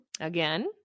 Again